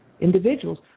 individuals